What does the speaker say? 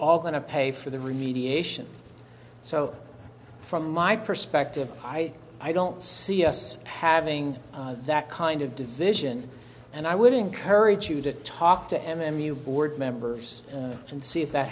all going to pay for the remediation so from my perspective i i don't see us having that kind of division and i would encourage you to talk to m m u board members and see if that